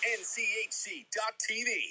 nchc.tv